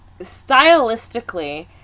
stylistically